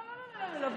לא, לא.